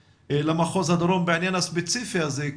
למחוז הדרום בכל הקשור לעניין הספציפי הזה.